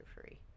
free